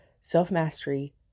Self-mastery